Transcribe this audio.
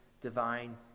divine